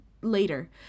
later